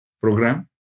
Program